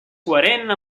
coherent